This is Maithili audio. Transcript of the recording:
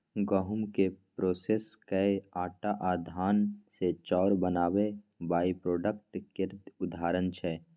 गहुँम केँ प्रोसेस कए आँटा आ धान सँ चाउर बनाएब बाइप्रोडक्ट केर उदाहरण छै